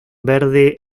verde